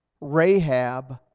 Rahab